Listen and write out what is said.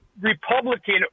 Republican